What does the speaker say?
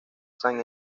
san